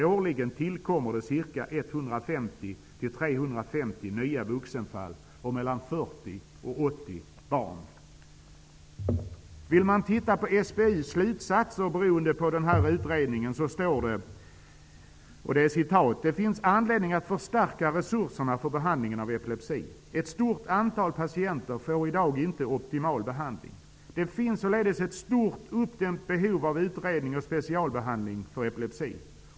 Årligen tillkommer ca 150--350 nya vuxenfall och 40--80 SBU:s slutsatser av utredningen är att det finns anledning att förstärka resurserna för behandlingen av epilepsi. Ett stort antal patienter får i dag inte optimal behandling. Det finns således ett stort uppdämt behov av utredning och specialbehandling för epilepsi.